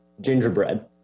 gingerbread